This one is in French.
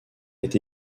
est